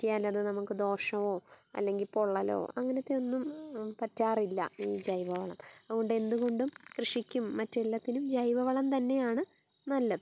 പറ്റിയാലത് നമുക്ക് ദോഷമോ അല്ലെങ്കിൽ പൊള്ളലോ അങ്ങനത്തെ ഒന്നും പറ്റാറില്ല ഈ ജൈവവളം അതുകൊണ്ട് എന്തുകൊണ്ടും കൃഷിക്കും മറ്റെല്ലാത്തിനും ജൈവവളം തന്നെയാണ് നല്ലത്